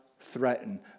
threaten